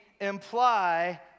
imply